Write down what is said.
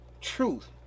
truth